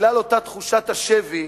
ובגלל אותה תחושת השבי,